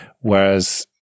Whereas